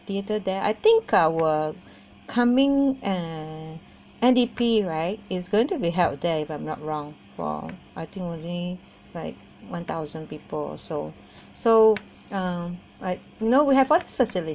theatre there I think our coming uh N_D_P right is going to be held there if I'm not wrong for I think only like one thousand people so so um I know we have what's facili~